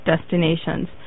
destinations